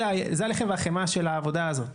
זה הלחם והחמאה של העבודה הזאת,